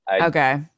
okay